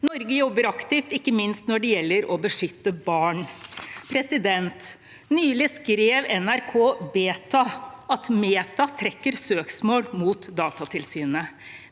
Norge jobber aktivt, ikke minst når det gjelder å beskytte barn. Nylig skrev NRKbeta at Meta trekker et søksmål mot Datatilsynet.